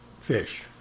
fish